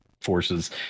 Forces